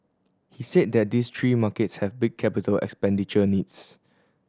he said that these three markets have big capital expenditure needs